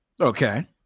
Okay